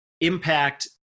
impact